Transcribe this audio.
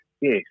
yes